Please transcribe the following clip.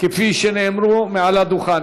כפי שנאמרו מעל הדוכן?